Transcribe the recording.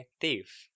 thief